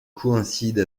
coïncide